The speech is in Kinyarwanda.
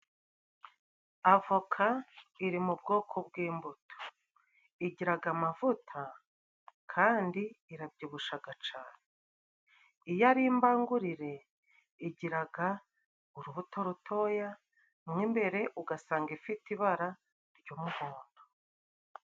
Avoka iri mu bwoko bw'imbuto igiraga amavuta kandi irabyibushaga cane, iyo ari imbangurire igiraga urubuto rutoya mo imbere ugasanga ifite ibara ry'umuhondo.